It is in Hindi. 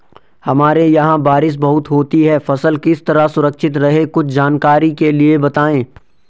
हमारे यहाँ बारिश बहुत होती है फसल किस तरह सुरक्षित रहे कुछ जानकारी के लिए बताएँ?